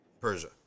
Persia